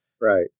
Right